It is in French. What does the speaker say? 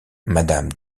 madame